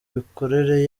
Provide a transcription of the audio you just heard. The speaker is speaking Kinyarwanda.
mikorere